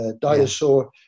Dinosaur